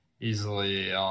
easily